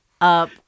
up